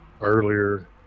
earlier